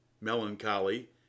melancholy